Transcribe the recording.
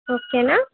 ఓకేనా